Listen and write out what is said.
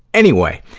anyway,